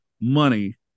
money